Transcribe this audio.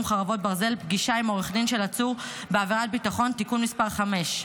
(חרבות ברזל) (פגישה עם עורך דין של עצור בעבירת ביטחון) (תיקון מס' 5)